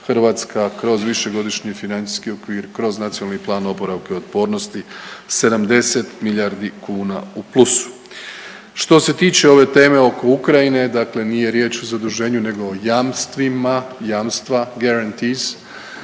Hrvatska kroz višegodišnji financijski okvir i kroz NPOO 70 milijardi kuna u plusu. Što se tiče ove teme oko Ukrajine dakle nije riječ o zaduženju nego o jamstvima, jamstva…/Govornik se